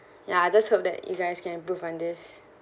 ya I just hope that you guys can improve on this